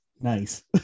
nice